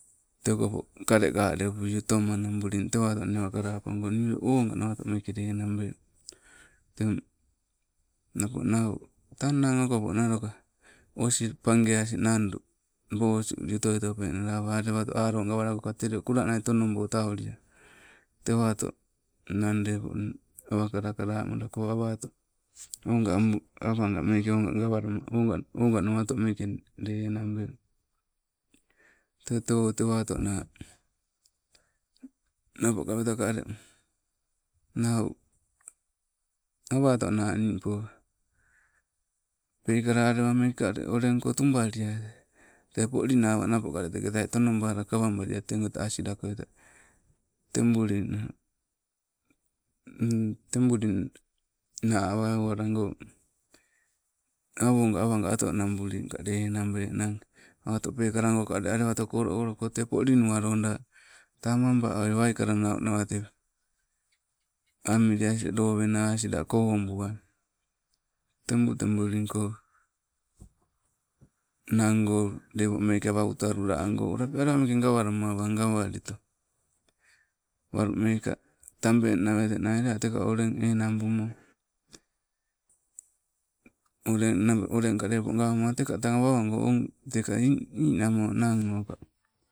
Tee okopo kalekalepui otomanabulin, apago nii ulle oga nawatomeke lenabe, teng. Nappo nau, tang nang okopo naloka. Osi pagesin nandu bose uli otoi topennala, awa alewato lo gawalako tee ulle, kulanai tonobotaliai. tewato ang leppo, nn awa kalakala malako awato, ogaa amb, awagameke ogaawala, ogaa, oga, oga nawato meeke, ii, lenabe. Tee tewo tewatona, nappo kapeta ka ule nau, awatona nimpo. Peekala alewa mekeka olenko tubaliai. Tee polinawai nappo teketai tonobala kawabaliai tegoita silakoi, awogo awaga otonabulinka lenabe nang. Awato pekalago alewatoko olo- olo ko te polinuwaloda, tam aba oi waikala nau nawa tewa, amilli asin lowena asilla kobuai, tebu- tebu liko nango lepo meke awa uta luwa ago, oapi alewa meke gawalama wa gawalito. Walumekeka, tabeng nawetenai lea teka olen enang bumo oleng, naba, olengka guumo teka tang awa omago o, teka nne ninamo nang o ka